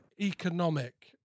economic